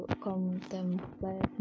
contemplate